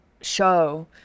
show